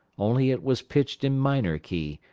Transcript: only it was pitched in minor key,